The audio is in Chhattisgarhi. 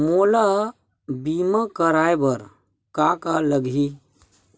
मोला बीमा कराये बर का का लगही?